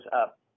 up